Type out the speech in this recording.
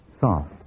soft